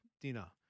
dinner